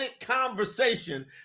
conversation